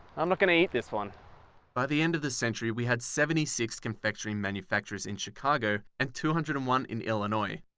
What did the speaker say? i'm not going to eat this one ah the turn and of the century we had seventy six confectionary manufactures in chicago and two hundred and one in illinois,